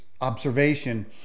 observation